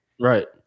Right